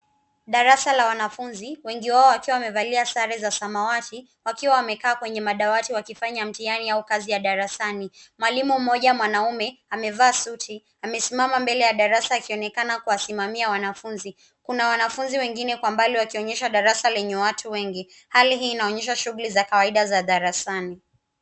Darasa la wanafunzi, wengi wao wakiwa wamevalia sare za samawati wakiwawamekaa kwenye madawati wakifanya mtihani au kazi ya darasani. Mwalimu mmoja mwanumea amevaa suti, amesimama mbele ya darasa akionekana kuwasimamia wanafunzi. Kuna wanafunzi wengine kwa mbali wakionyesha darasa lenye watu wengi. hali hii inaonyesha shuguli za kawaida za darasani.